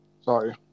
Sorry